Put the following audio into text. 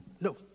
No